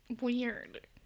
Weird